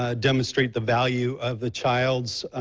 ah demonstrate the value of the child's,